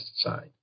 side